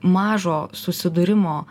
mažo susidūrimo